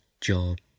Job